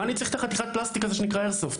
מה אני צריך את חתיכת הפלסטיק הזאת שנקראת איירסופט?